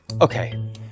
Okay